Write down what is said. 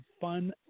fun